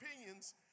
opinions